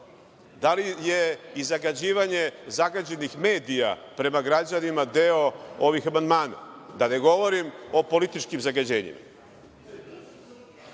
Da li je i zagađivanje zagađenih medija prema građanima deo ovih amandmana, da ne govorim o političkim zagađenjima?